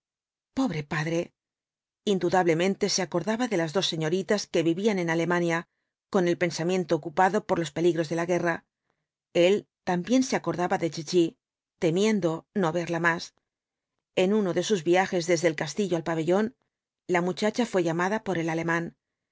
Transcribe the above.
pobre padre indudablemente se acordaba de las dos señoritas que vivían en alemania con el pensamiento ocupado por los peligros de la guerra el también se acordaba de chichi temiendo no verla más en uno de sus viajes desde el castillo al pabellón la muchacha fué llamada por el alemán